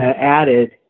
added